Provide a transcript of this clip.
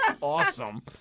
awesome